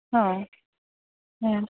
ᱦᱚᱭ ᱦᱮᱸ